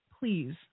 Please